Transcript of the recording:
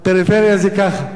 הפריפריה זה ככה.